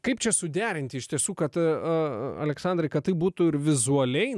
kaip čia suderinti iš tiesų kad a aleksandrai kad tai būtų ir vizualiai